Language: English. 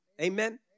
Amen